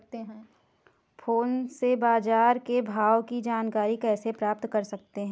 Phone से बाजार के भाव की जानकारी कैसे प्राप्त कर सकते हैं?